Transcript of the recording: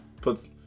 put